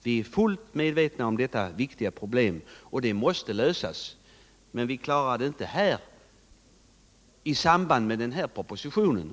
Vi är fullt medvetna om att dessa viktiga problem måste lösas, men vi klarar det inte isamband med den här propositionen.